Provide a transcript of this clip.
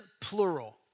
plural